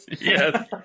Yes